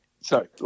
Sorry